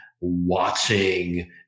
watching